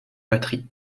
batterie